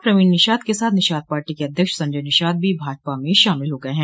प्रवीण निषाद के साथ निषाद पार्टी के अध्यक्ष संजय निषाद भी भाजपा में शामिल हो गये हैं